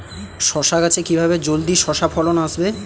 শশা গাছে কিভাবে জলদি শশা ফলন আসবে?